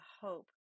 hope